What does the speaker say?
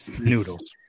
noodles